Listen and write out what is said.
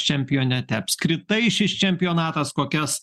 čempionete apskritai šis čempionatas kokias